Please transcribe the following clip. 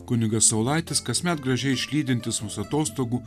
kunigas saulaitis kasmet gražiai išlydintis mus atostogų